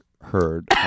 heard